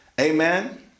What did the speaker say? Amen